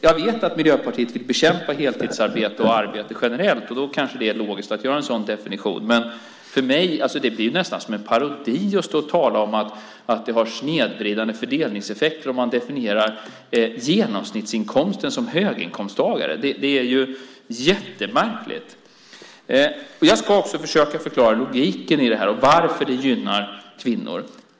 Jag vet att Miljöpartiet vill bekämpa heltidsarbete och arbete generellt. Då kanske det är logiskt att göra en sådan definition. Det blir nästan som en parodi att stå och tala om att det har snedvridande fördelningseffekter om man definierar genomsnittsinkomsten som en höginkomsttagares. Det är jättemärkligt. Jag ska försöka förklara logiken i det här och varför det gynnar kvinnor.